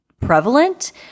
prevalent